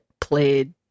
played